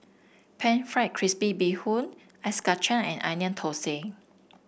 pan fried crispy Bee Hoon Ice Kachang and Onion Thosai